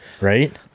Right